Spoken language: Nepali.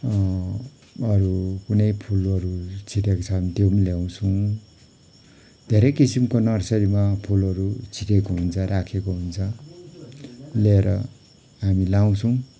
अरू कुनै फुलहरू छिटेको छ भने त्यो पनि ल्याउँछौँ धेरै किसिमको नर्सरीमा फुलहरू छिटेको हुन्छ राखेको हुन्छ ल्याएर हामी लाउँछौँ